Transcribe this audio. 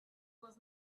was